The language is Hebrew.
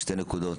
שתי נקודות.